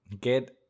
get